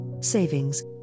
savings